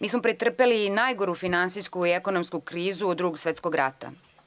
Mi smo pretrpeli najgoru finansijsku i ekonomsku krizu od Drugog svetskog rata.